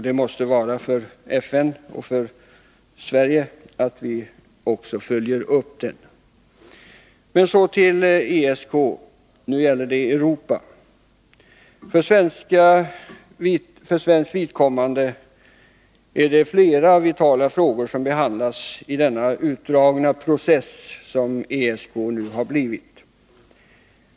Det måste för FN och för Sverige betyda att vi följer upp deklarationen. Så till den europeiska säkerhetskonferensen: Nu gäller det Europa. För svenskt vidkommande är det flera vitala frågor som behandlas i den utdragna process som ESK nu har blivit.